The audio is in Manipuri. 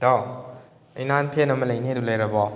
ꯏꯇꯥꯎ ꯅꯪꯒꯤ ꯅꯍꯥꯟ ꯐꯦꯟ ꯑꯃ ꯂꯩꯅꯦꯗꯨ ꯂꯩꯔꯕꯣ